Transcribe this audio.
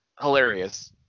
Hilarious